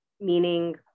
meaning